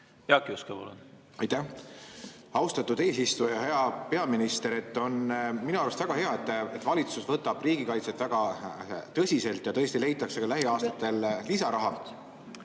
Jaak Juske, palun! Aitäh, austatud eesistuja! Hea peaminister! Minu arust on väga hea, et valitsus võtab riigikaitset väga tõsiselt ja tõesti leitakse ka lähiaastatel lisaraha.